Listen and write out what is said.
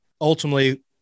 ultimately